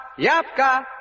yapka